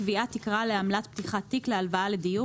קביעת תקרה לעמלת פתיחת תיק להלוואה לדיור),